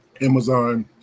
Amazon